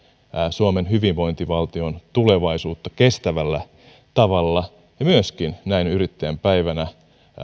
suomen hyvinvointivaltion tulevaisuutta kestävällä tavalla ja myöskin näin yrittäjän päivänä